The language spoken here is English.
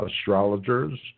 astrologers